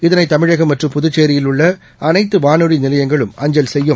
இதனைதமிழகம் மற்றும் புதுச்சேரியில் உள்ளஅனைத்துவானொலிநிலையங்களும் அஞ்சல் செய்யும்